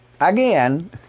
again